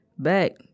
Back